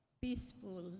peaceful